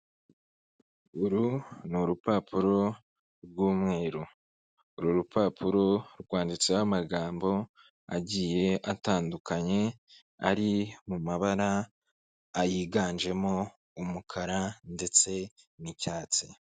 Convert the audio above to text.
Uru ni urupapuro rw'umweru uru rupapuro rwanditseho amagambo agiye atandukanye, ari mu mabara ayiganjemo umukara ndetse n'icyatsi.